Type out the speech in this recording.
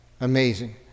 Amazing